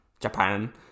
Japan